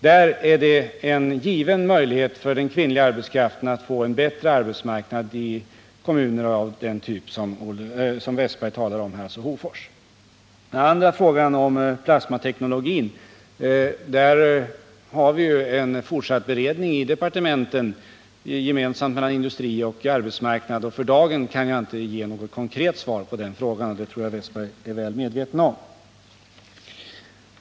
Där finns en given möjlighet för den kvinnliga arbetskraften att få en bättre arbetsmarknad i den typ av kommuner som Olle Westberg här talar om, bl.a. Hofors. Frågan om plasmateknologin bereds i industrioch arbetsmarknadsdepartementen. För dagen kan jag därför inte ge något konkret svar på den frågan — och det tror jag att Olle Westberg är väl medveten om.